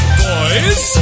boys